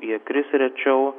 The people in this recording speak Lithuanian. jie kris rečiau